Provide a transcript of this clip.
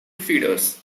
feeders